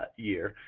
ah year,